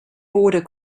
border